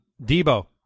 Debo